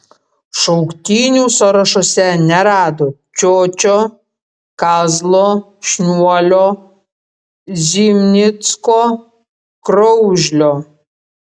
šauktinių sąrašuose nerado čiočio kazlo šniuolio zimnicko kraužlio